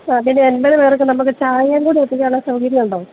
ആ പിന്നെ എൺപത് പേർക്ക് നമുക്ക് ചായയുംകൂടെ എത്തിക്കാനുള്ള ഉള്ള സൗകര്യമുണ്ടോ